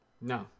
no